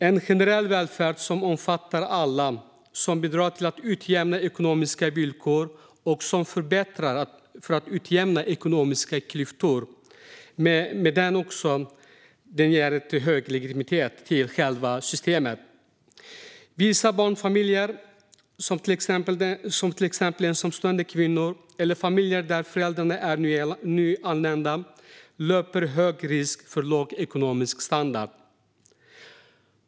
En generell välfärd som omfattar alla, som bidrar till att utjämna ekonomiska villkor och som förbättrar när det gäller att utjämna ekonomiska klyftor ger hög legitimitet åt själva systemet. Vissa barnfamiljer, till exempel ensamstående kvinnor eller familjer där föräldrarna är nyanlända, löper hög risk för låg ekonomisk standard.